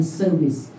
service